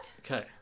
Okay